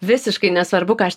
visiškai nesvarbu ką aš